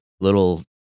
little